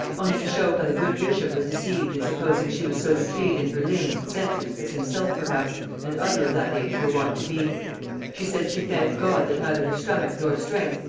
only to show how the good bishop was deceived in supposing she was so decayed in her limbs and senses as himself perhaps and other of that age were wont to be she said she thanked god that neither her stomach nor strength,